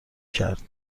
کرد